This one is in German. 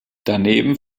daneben